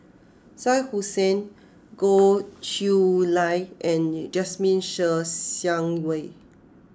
Shah Hussain Goh Chiew Lye and Jasmine Ser Xiang Wei